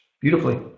beautifully